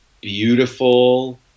beautiful